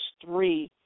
three